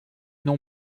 non